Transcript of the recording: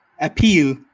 appeal